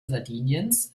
sardiniens